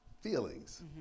feelings